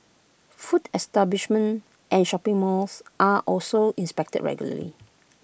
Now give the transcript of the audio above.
food establishment and shopping malls are also inspected regularly